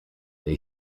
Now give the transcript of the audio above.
they